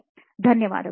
ಸರಿ ಧನ್ಯವಾದ